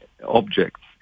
objects